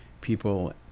people